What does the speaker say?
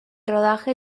rodaje